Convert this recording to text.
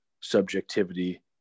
subjectivity